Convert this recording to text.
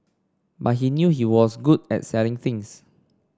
but he knew he was good at selling things